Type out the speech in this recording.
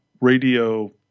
radio